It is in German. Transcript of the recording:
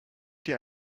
dir